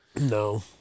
No